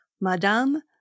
Madame